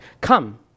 Come